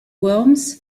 worms